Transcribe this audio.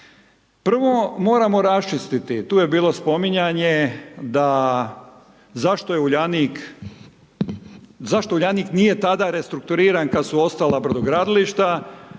Prvo moramo raščistiti, tu je bilo spominjanje, zašto Uljanik nije tada restrukturiran kada su i ostala brodogradilišta.